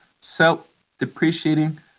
self-depreciating